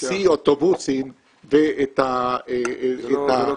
צי אוטובוסים ואת ה --- זה לא תמונה,